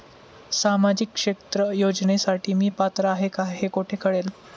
सामाजिक क्षेत्र योजनेसाठी मी पात्र आहे का हे कुठे कळेल?